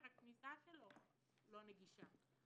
הכניסה לבית הספר לא נגישה.